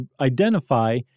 identify